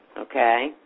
Okay